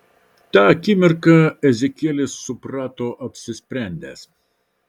tą akimirką ezekielis suprato apsisprendęs